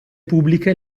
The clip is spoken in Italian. pubbliche